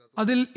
Adil